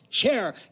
Care